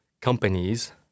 companies